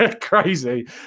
crazy